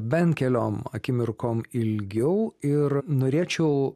bent keliom akimirkom ilgiau ir norėčiau